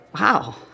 Wow